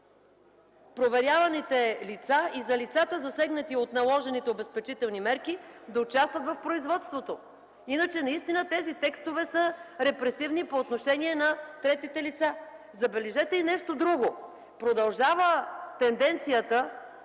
проверяваните лица и за лицата, засегнати от наложените обезпечителни мерки да участват в производството. Иначе наистина тези текстове са репресивни по отношение на третите лица. Забележете и нещо друго – продължава тенденцията